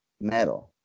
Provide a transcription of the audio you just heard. metal